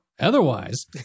Otherwise